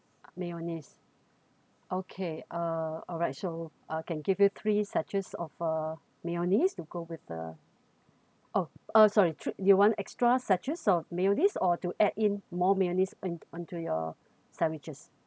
mayonnaise okay uh alright so ah can give you three sachets of uh mayonnaise to go with the oh uh sorry you want extra sachets of mayonnaise or to add in more mayonnaise in on to your sandwiches